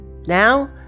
Now